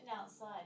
outside